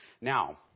Now